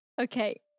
Okay